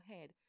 head